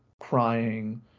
crying